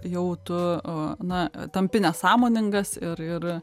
jau tu a na tampi nesąmoningas ir ir